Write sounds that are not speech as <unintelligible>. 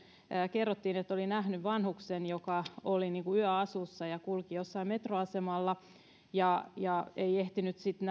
kerrottiin että henkilö oli nähnyt vanhuksen joka oli yöasussa ja kulki jossain metroasemalla hän ei ehtinyt sitten <unintelligible>